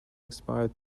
expire